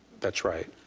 that's right.